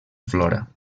flora